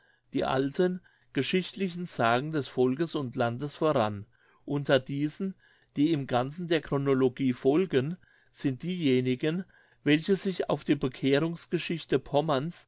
die alten geschichtlichen sagen des volkes und landes voran unter diesen die im ganzen der chronologie folgen sind diejenigen welche sich auf die bekehrungsgeschichte pommerns